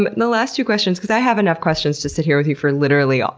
the last two questions, because i have enough questions to sit here with you for, literally, ah